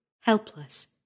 helpless